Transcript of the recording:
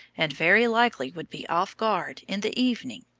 and very likely would be off guard in the evening.